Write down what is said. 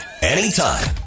anytime